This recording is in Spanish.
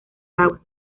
agua